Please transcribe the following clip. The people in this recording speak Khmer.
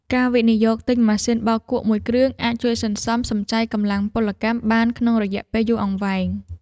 ការវិនិយោគទិញម៉ាស៊ីនបោកគក់មួយគ្រឿងអាចជួយសន្សំសំចៃកម្លាំងពលកម្មបានក្នុងរយៈពេលយូរអង្វែង។